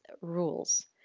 rules